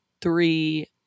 three